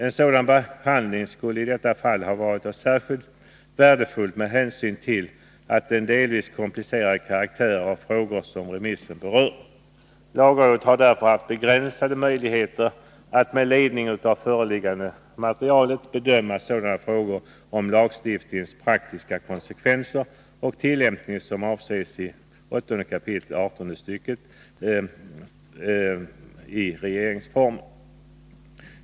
En sådan behandling skulle i detta fall ha varit särskilt värdefull med hänsyn till den delvis komplicerade karaktären av de frågor som remissen berör. Lagrådet har därför haft begränsade möjligheter att med ledning av det föreliggande materialet bedöma sådana frågor om lagstiftningens praktiska konsekvenser och tillämpning som avses i 8 kap. 18§ stycket 4 och 5 regeringsformen.